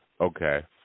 Okay